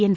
N